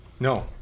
No